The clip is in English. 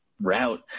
Route